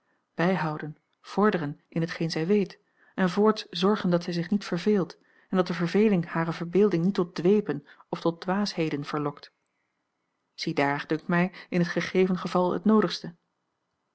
bijhouden vorderen in hetgeen zij weet en voorts zorgen dat zij zich niet verveelt en dat de verveling hare verbeelding niet tot dwepen of tot dwaasheden verlokt ziedaar dunkt mij in het gegeven geval het noodigste